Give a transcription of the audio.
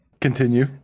continue